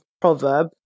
proverb